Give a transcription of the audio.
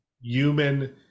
human